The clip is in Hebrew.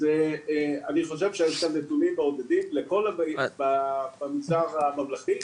אז אני חושב שזה נתונים מעודדים, במגזר הממלכתי.